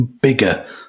bigger